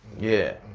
yeah.